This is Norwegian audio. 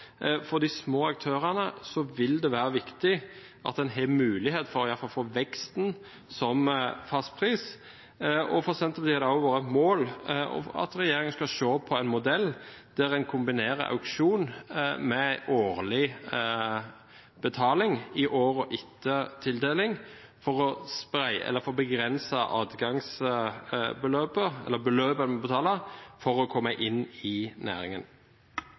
For de små aktørene vil det være viktig at en har mulighet for iallfall å få veksten som fastpris, og for Senterpartiet har det vært et mål at regjeringen skal se på en modell der en kombinerer auksjon med en årlig betaling i årene etter tildeling for å begrense beløpet en må betale for å komme inn i næringen.